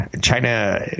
China